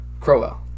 Crowell